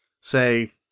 say